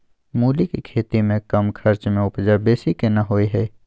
मूली के खेती में कम खर्च में उपजा बेसी केना होय है?